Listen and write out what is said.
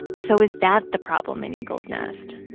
so is that the problem in eagle's nest,